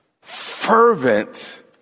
fervent